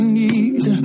need